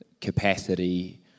capacity